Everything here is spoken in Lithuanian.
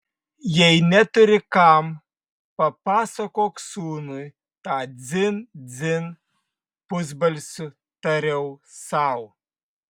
jei neturi kam papasakok sūnui tą dzin dzin pusbalsiu tariau sau